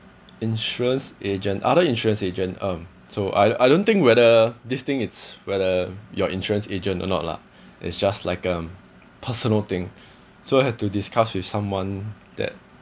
insurance agent other insurance agent um so I don't I don't think whether this thing it's whether you are insurance agent or not lah it's just like um personal thing so I have to discuss with someone that